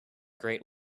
great